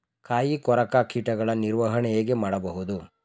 ಕಾಯಿ ಕೊರಕ ಕೀಟಗಳ ನಿರ್ವಹಣೆ ಹೇಗೆ ಮಾಡಬಹುದು?